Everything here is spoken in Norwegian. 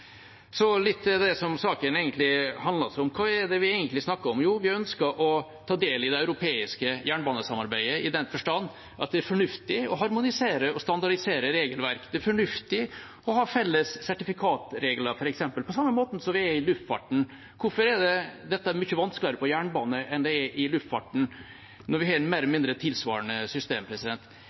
Så litt til det som saken egentlig handler om. Hva er det vi egentlig snakker om? Jo, vi ønsker å ta del i det europeiske jernbanesamarbeidet, i den forstand at det er fornuftig å harmonisere og standardisere regelverk. Det er fornuftig å ha felles sertifikatregler, f.eks. på samme måten som vi har i luftfarten. Hvorfor er dette mye vanskeligere for jernbanen enn det er i luftfarten, når vi har et mer eller mindre tilsvarende system?